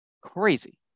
crazy